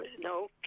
no